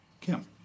Kim